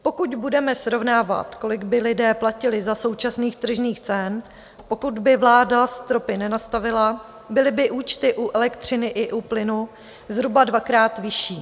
Pokud budeme srovnávat, kolik by lidé platili za současných tržních cen, pokud by vláda stropy nenastavila, byly by účty u elektřiny i u plynu zhruba dvakrát vyšší.